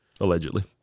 allegedly